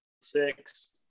six